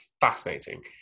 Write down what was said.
fascinating